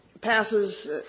passes